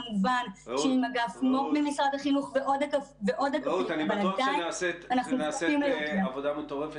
כמובן שעם אגף מו"פ ממשרד החינוך ועוד --- בטוח שנעשית עבודה מטורפת